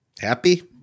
Happy